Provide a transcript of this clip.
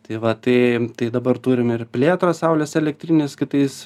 tai va tai tai dabar turim ir plėtrą saulės elektrinės kitais